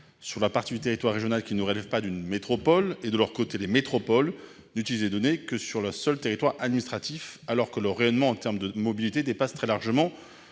sur la partie du territoire régional qui ne relève pas d'une métropole et autorise les métropoles à utiliser ces données sur leur seul territoire administratif, alors que leur rayonnement en termes de mobilité dépasse très largement